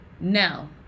Now